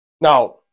now